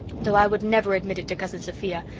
though i would never admit it to cousin sophia,